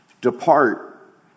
Depart